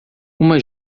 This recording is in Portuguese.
uma